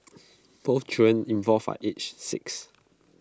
both children involved are aged six